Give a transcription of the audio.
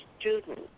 student